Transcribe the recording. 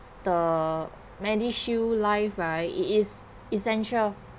the medishield life right it is essential